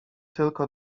tylko